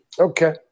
Okay